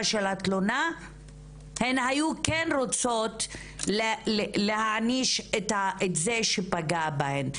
של התלונה הן היו כן רוצות להעניש את זה שפגע בהן,